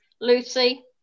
Lucy